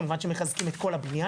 כמובן שמחזקים את כל הבניין.